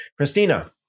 Christina